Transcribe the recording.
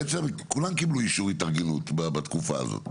בעצם כולם קיבלו אישור התארגנות בתקופה הזאת.